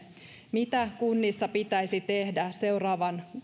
mitä kunnissa pitäisi tehdä seuraavan